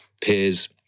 peers